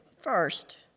first